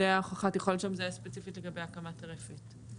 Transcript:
הוכחת יכולת שם הייתה ספציפית לגבי הקמת הרפת.